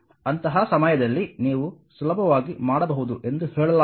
ಅಂತಹ ಸಮಯದಲ್ಲಿ ನೀವು ಸುಲಭವಾಗಿ ಮಾಡಬಹುದು ಎಂದು ಹೇಳಲಾಗುತ್ತದೆ